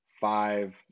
five